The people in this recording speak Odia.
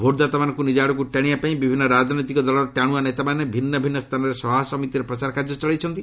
ଭୋଟ୍ଦାତାମାନଙ୍କୁ ନିଜ ଆଡ଼କୁ ଟାଣିବାପାଇଁ ବିଭିନ୍ନ ରାଜନୈତିକ ଦଳର ଟାଣୁଆ ନେତାମାନେ ଭିନ୍ନ ଭିନ୍ନ ସ୍ଥାନରେ ସଭାସମିତିରେ ପ୍ରଚାର କାର୍ଯ୍ୟ ଚଳାଇଛନ୍ତି